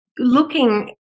looking